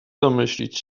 domyślić